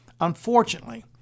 Unfortunately